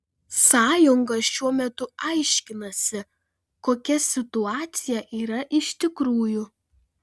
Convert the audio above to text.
sąjunga šiuo metu aiškinasi kokia situacija yra iš tikrųjų